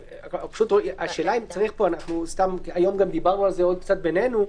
היום דיברנו על כך בינינו.